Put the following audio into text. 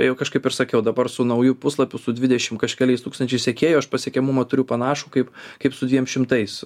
jau kažkaip ir sakiau dabar su nauju puslapiu su dvidešim kažkeliais tūkstančiais sekėjų aš pasiekiamumą turiu panašų kaip kaip su dviem šimtais